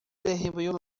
desempeñó